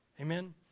Amen